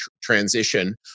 transition